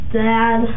dad